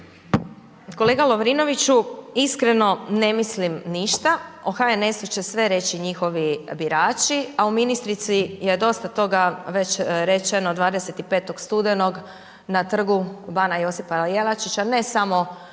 Kolega Lovrinoviću, iskreno ne mislim ništa, o HNS-u će sve reći njihovi birači, a o ministrici je dosta toga već rečeno 25. studenog na Trgu bana J.Jelačića,